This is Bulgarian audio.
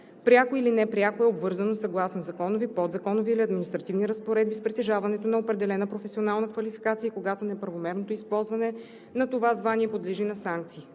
пряко или непряко е обвързано съгласно законови, подзаконови или административни разпоредби с притежаването на определена професионална квалификация и когато неправомерното използване на това звание подлежи на санкции.